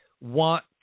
want